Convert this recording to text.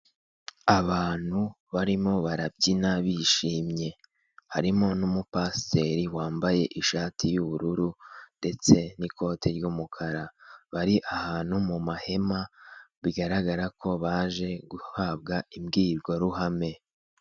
Abantu barimo barabyina bishimye. Harimo n'umupasiteri wambaye ishati y'ubururu ndetse n'ikoti ry'umukara. Bari ahantu mu mahema, bigaragara ko baje guhabwa imbwirwaruhame.